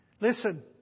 Listen